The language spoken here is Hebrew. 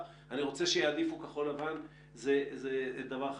שהוא רוצה שיעדיפו כחול לבן כי זה דבר חשוב.